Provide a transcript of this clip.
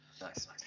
Nice